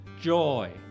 joy